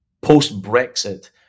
post-Brexit